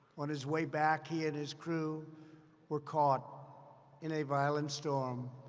on his way back, he and his crew were caught in a violent storm,